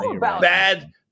bad